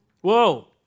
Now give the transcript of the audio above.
Whoa